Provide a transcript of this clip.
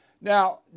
Now